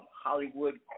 Hollywood